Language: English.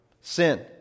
sin